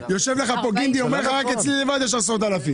יושב כאן גינדי ואומר שרק אצלו יש עשרות אלפים.